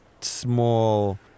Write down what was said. small